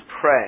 pray